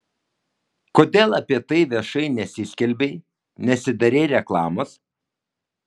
kodėl apie tai viešai nesiskelbei nesidarei reklamos